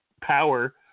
power